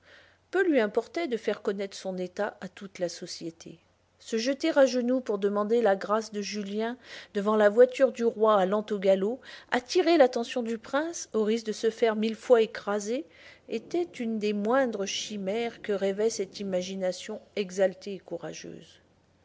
peu lui importait de faire connaître son état à toute la société se jeter à genoux pour demander la grâce de julien devant la voiture du roi allant au galop attirer l'attention du prince au risque de se faire mille fois écraser était une des moindres chimères que rêvait cette imagination exaltée et courageuse